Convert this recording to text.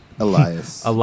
Elias